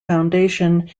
foundation